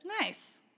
Nice